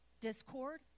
discord